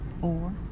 four